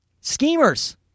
schemers